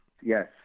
Yes